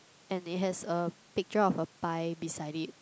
and it has a picture of a pie beside it